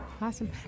Awesome